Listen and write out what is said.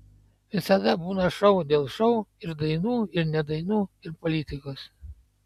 visada būna šou dėl šou ir dainų ir ne dainų ir politikos